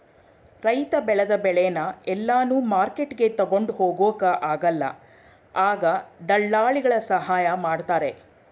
ರೈತ ಬೆಳೆದ ಬೆಳೆನ ಎಲ್ಲಾನು ಮಾರ್ಕೆಟ್ಗೆ ತಗೊಂಡ್ ಹೋಗೊಕ ಆಗಲ್ಲ ಆಗ ದಳ್ಳಾಲಿಗಳ ಸಹಾಯ ಮಾಡ್ತಾರೆ